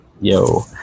yo